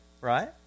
right